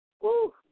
Woo